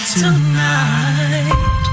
tonight